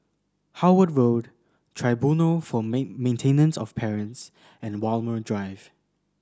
Howard Road Tribunal for Maintenance of Parents and Walmer Drive